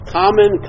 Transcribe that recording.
common